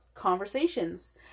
Conversations